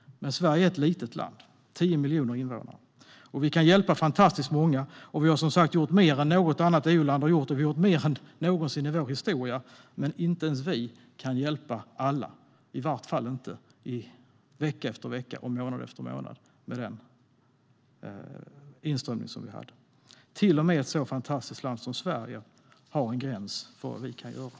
Men Sverige är ett litet land med 10 miljoner invånare. Vi kan hjälpa fantastiskt många, och Sverige har gjort mer än något annat EU-land har gjort och mer än någonsin i landets historia. Men inte ens vi kan hjälpa alla - i varje fall inte vecka efter vecka och månad efter månad med den inströmning som då rådde. Till och med ett så fantastiskt land som Sverige har en gräns för vad som kan göras.